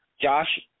Josh